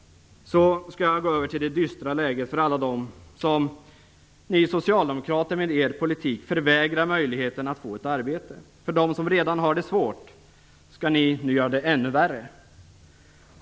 Så skall jag gå över till det dystra läget för alla dem som ni socialdemokrater med er politik förvägrar möjligheten att få ett arbete. För dem som redan har det svårt skall ni nu göra det ännu värre.